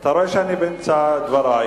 אתה רואה שאני באמצע דברי.